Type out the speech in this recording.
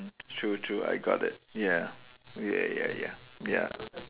mm true true I got it ya ya ya ya ya